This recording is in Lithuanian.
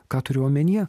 ką turiu omenyje